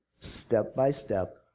step-by-step